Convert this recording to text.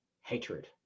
hatred